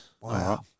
Wow